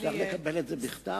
אפשר לקבל את זה בכתב?